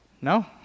No